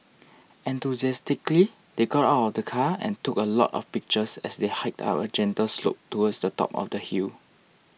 enthusiastically they got out of the car and took a lot of pictures as they hiked up a gentle slope towards the top of the hill